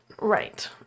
Right